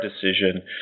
decision